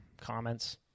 comments